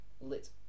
lit